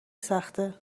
سخته